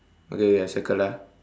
okay okay I circle ah